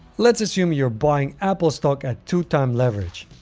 let's assume you're buying apple stock at two time leverage.